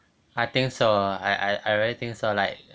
I think so I I really think so like